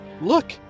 Look